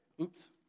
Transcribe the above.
Oops